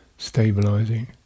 Stabilizing